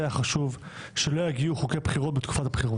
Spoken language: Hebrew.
היה חשוב שלא יגיעו חוקי בחירות בתקופת הבחירות.